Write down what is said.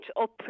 up